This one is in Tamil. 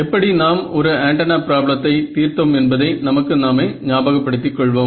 எப்படி நாம் ஒரு ஆண்டனா ப்ராப்ளத்தை தீர்த்தோம் என்பதை நமக்கு நாமே ஞாபகப்படுத்தி கொள்வோம்